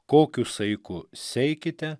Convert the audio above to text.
kokiu saiku seikite